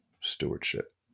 stewardship